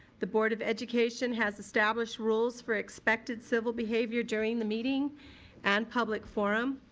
the board of education has established rules for expected civil behavior during the meeting and public forum.